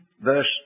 verse